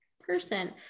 person